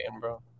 bro